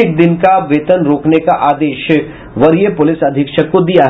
एक दिन का वेतन रोकने का आदेश वरीय पुलिस अधीक्षक को दिया है